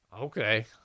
Okay